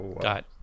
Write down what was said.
got